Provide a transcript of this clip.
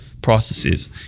processes